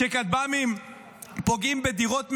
שכטב"מים פוגעים בדירות מגורים?